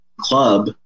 Club